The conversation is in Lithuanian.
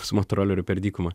su motoroleriu per dykumą